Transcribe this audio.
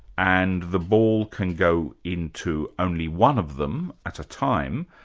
and the ball can go into only one of them at a time,